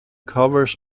covers